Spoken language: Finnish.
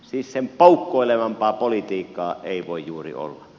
siis sen poukkoilevampaa politiikkaa ei voi juuri olla